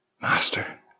Master